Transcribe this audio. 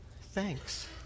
Thanks